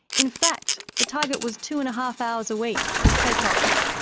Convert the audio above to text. in fact the target was two and a half hours a week kay cox.